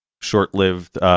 short-lived